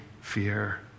Fear